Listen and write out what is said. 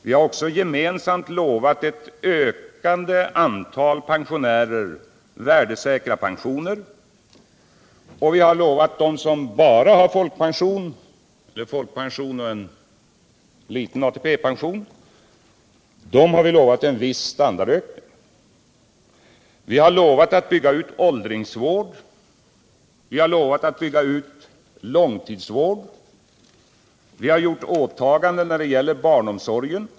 Vi har också gemensamt lovat ett ökande antal pensionärer värdesäkra pensioner, och vi har lovat dem som bara har folkpension eller folkpension och en liten ATP en viss standardökning. Vi har lovat att bygga ut åldringsvård och långtidsvård. Vi har gjort åtaganden när det gäller barnsomsorgen.